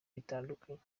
bitandukanye